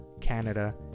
Canada